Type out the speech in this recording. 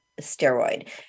steroid